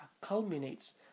culminates